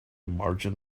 margin